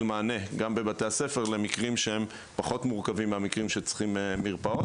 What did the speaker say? מענה גם בבתי הספר למקרים שהם פחות מורכבים מהמקרים שצריכים מרפאות.